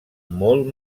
molt